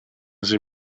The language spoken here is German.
sie